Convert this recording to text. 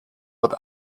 wird